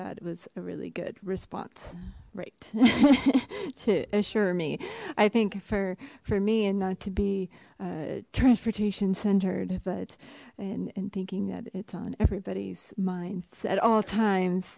that was a really good response right to assure me i think for for me and not to be transportation centered but and and thinking that it's on everybody's minds at all times